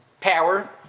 power